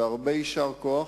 והרבה יישר כוח.